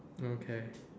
okay